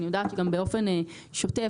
אני יודעת שבאופן שוטף,